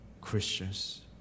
Christians